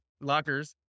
lockers